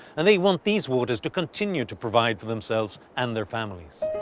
and they want these waters to continue to provide for themselves and their families.